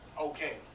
okay